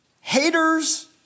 Haters